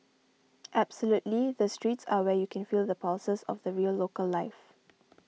absolutely the streets are where you can feel the pulses of the real local life